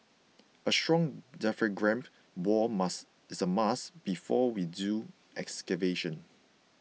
a strong diaphragm wall must is a must before we do excavation